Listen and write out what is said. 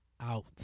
out